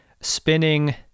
spinning